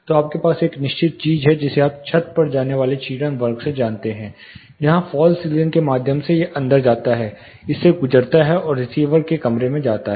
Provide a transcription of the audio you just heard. तो आपके पास एक निश्चित चीज है जिसे आप छत पर जाने वाले क्षीणन वर्ग से जानते हैं जहां फॉल्स सीलिंग के माध्यम से यह अंदर जाता है इस से गुजरता है और रिसीवर के कमरे में जाता है